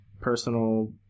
personal